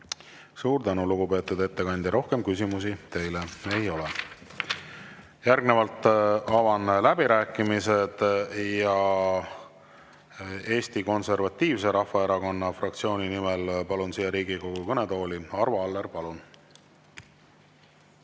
Suur tänu, lugupeetud ettekandja! Rohkem küsimusi teile ei ole. Järgnevalt avan läbirääkimised ja Eesti Konservatiivse Rahvaerakonna fraktsiooni nimel palun Riigikogu kõnetooli kõnelema Arvo Alleri. Palun!